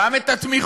גם את התמיכות,